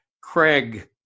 Craig